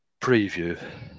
preview